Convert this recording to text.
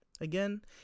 Again